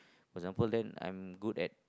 for example then I'm good at